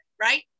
right